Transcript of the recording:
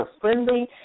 friendly